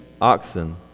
oxen